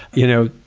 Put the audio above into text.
you know,